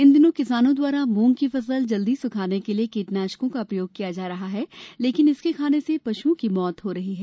इन दिनों किसानों द्वारा मूंग की फसल जल्दी सुखाने के लिए कीटनाशकों का प्रयोग किया जा रहा है लेकिन इसके खाने से पशुओं की मौत हो रही है